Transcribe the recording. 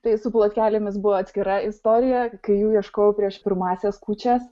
tai su plotkelėmis buvo atskira istorija kai jų ieškojau prieš pirmąsias kūčias